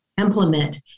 implement